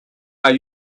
are